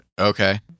Okay